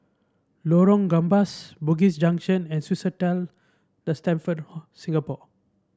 Lorong Gambas Bugis Junction and Swissotel The Stamford Singapore